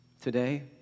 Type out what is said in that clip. today